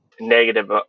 negative